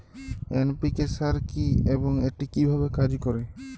NPK সার কি এবং এটি কিভাবে কাজ করে?